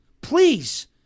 please